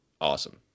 awesome